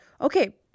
Okay